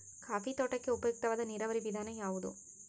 Coffee ತೋಟಕ್ಕೆ ಉಪಯುಕ್ತವಾದ ನೇರಾವರಿ ವಿಧಾನ ಯಾವುದು?